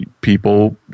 people